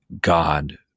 God